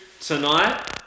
tonight